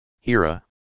Hira